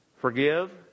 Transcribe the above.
forgive